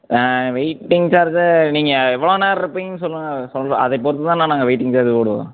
waiting charge நீங்கள் எவ்வளோ நேரம் இருப்பீங்கன்னு சொல்லுங்க சொல் அதையை பொறுத்துதாண்ணா நாங்கள் வெயிட்டிங் சார்ஜ் போடுவோம்